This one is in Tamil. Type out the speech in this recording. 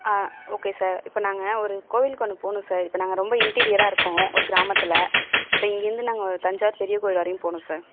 ஓகே சார் இப்போ நாங்கள் ஒரு கோயிலுக்கு ஒன்று போகணும் சார் இப்போ நாங்கள் ரொம்ப இன்டீரியராக இருக்கோம் ஒரு கிராமத்தில் இப்போ இங்கேயிருந்து நாங்கள் தஞ்சாவூர் பெரிய கோயில் வரையும் போகணும் சார்